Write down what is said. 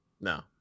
No